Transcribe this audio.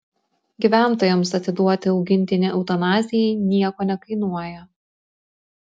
gyventojams atiduoti augintinį eutanazijai nieko nekainuoja